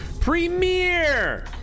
Premiere